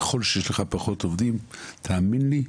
ככל שיש לך פחות עובדים, תאמין לי,